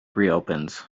reopens